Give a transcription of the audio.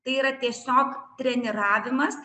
tai yra tiesiog treniravimas